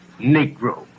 Negro